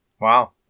Wow